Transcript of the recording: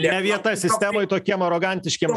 ne vieta sistemoj tokiem arogantiškiem